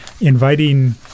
inviting